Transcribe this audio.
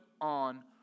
on